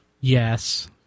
Yes